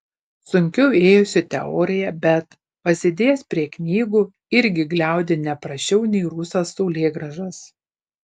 sunkiau ėjosi teorija bet pasėdėjęs prie knygų irgi gliaudė ne prasčiau nei rusas saulėgrąžas